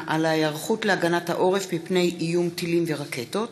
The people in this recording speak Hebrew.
על ההיערכות להגנת העורף מפני איום טילים ורקטות.